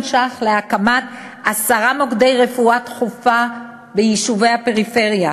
ש"ח להקמת עשרה מוקדי רפואה דחופה ביישובי הפריפריה,